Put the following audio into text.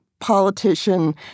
Politician